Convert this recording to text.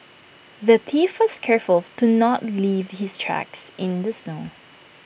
the thief was careful to not leave his tracks in the snow